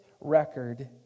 record